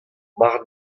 mar